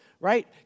right